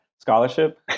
scholarship